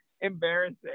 embarrassing